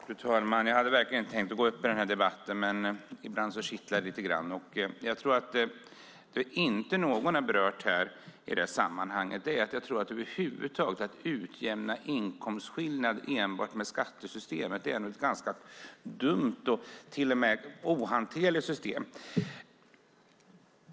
Fru talman! Jag hade verkligen inte tänkt gå upp i den här debatten, men ibland kittlar det lite grann. Något som jag inte tror någon har berört i det här sammanhanget är att en utjämning av inkomstskillnader enbart med hjälp av skattesystemet är ganska dumt och till och med ohanterligt.